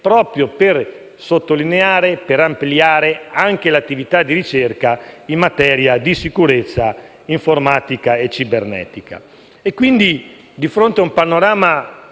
proprio per sottolineare ed ampliare anche l'attività di ricerca in materia di sicurezza informatica e cibernetica. Di fronte, quindi, ad un panorama